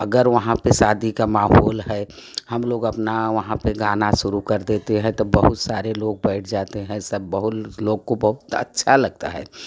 अगर वहाँ पर शादी का माहौल है हम लोग अपना गाना शुरू कर देते हैँ तो बहुत सारे लोग बैठ जाते हैँ सब बहुत लोग को बहुत अच्छा लगता है